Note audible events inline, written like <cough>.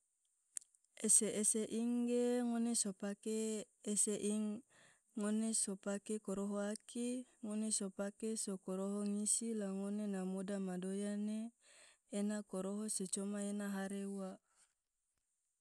<noise> ese-ese ing ge ngone so pake ese ing, ngone so pake koroho aki, ngone so pake so koroho ngisi la ngone na moda madoya ne ena koroho se coma ena hare ua. <noise>